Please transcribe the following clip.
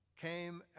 came